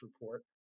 report